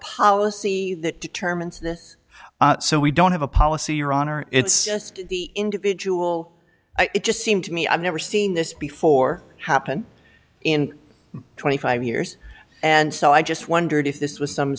policy that determines this so we don't have a policy your honor it's just the individual it just seems to me i've never seen this before happen in twenty five years and so i just wondered if this was some